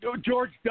George